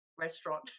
restaurant